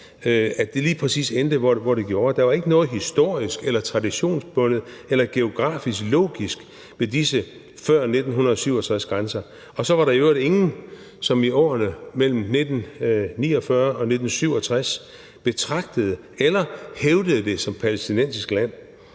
at det lige præcis endte, hvor det gjorde. Der var ikke noget historisk eller traditionsbundet eller geografisk logisk ved disse før-1967-grænser. Og så var der i øvrigt ingen, som i årene mellem 1949 og 1967 betragtede eller hævdede det som palæstinensisk land.